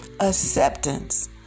Acceptance